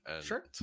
Sure